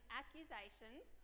accusations